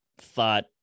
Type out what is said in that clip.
thought